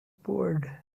board